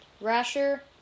Rasher